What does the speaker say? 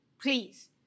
Please